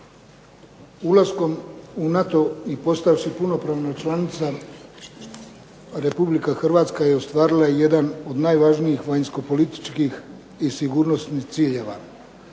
Ulaskom u NATO i postavši punopravna članica Republika Hrvatska je ostvarila i jedan od najvažnijih vanjsko-političkih i sigurnosnih ciljeva.